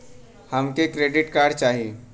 हमके credit card चाही